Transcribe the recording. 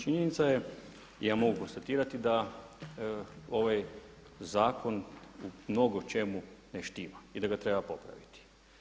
Činjenica je, ja mogu konstatitrati da ovaj zakon u mnogo čemu ne štima i da ga treba popraviti.